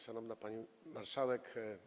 Szanowna Pani Marszałek!